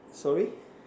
sorry